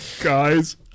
guys